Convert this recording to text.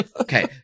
Okay